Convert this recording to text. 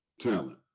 talent